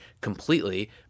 completely